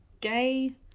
Gay